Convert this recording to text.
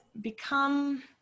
become